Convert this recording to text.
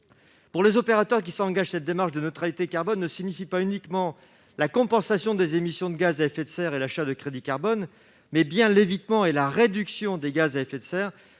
Pour les opérateurs qui s'engagent, cette démarche de neutralité carbone signifie non pas uniquement la compensation des émissions de gaz à effet de serre et l'achat de crédits carbone, mais également l'évitement et la réduction des émissions sur